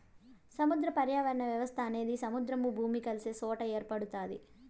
సముద్ర పర్యావరణ వ్యవస్థ అనేది సముద్రము, భూమి కలిసే సొట ఏర్పడుతాది